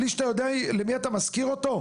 בלי שאתה יודע למי אתה משכיר אותו?